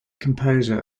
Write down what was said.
composer